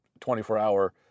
24-hour